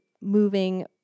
moving